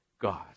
God